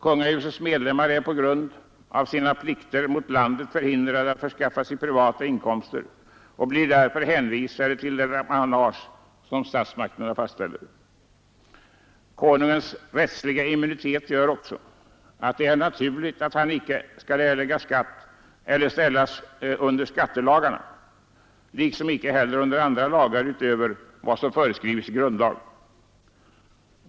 Kungahusets medlemmar är på grund av sina plikter mot landet förhindrade att förskaffa sig privata inkomster och blir därför hänvisade till det apanage som statsmakterna fastställer. Konungens rättsliga immunitet gör också att det är naturligt att han icke skall erlägga skatt eller ställas under skattelagarna, liksom inte heller under andra lagar, utöver vad som föreskrivs i grundlag.